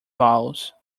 bowls